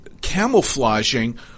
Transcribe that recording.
camouflaging